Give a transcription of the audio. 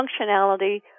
functionality